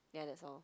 ya that's all